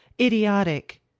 idiotic